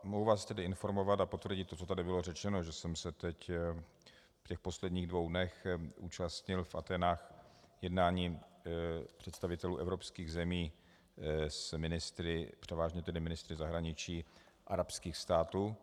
Mohu vás informovat a potvrdit to, co tady bylo řečeno, že jsem se v posledních dvou dnech zúčastnil v Aténách jednání představitelů evropských zemí s ministry převážně tedy ministry zahraničí arabských států.